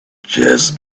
just